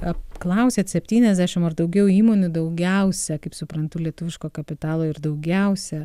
apklausėt septyniasdešimt ar daugiau įmonių daugiausia kaip suprantu lietuviško kapitalo ir daugiausia